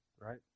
right